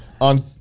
on